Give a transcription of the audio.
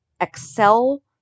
Excel